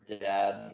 dad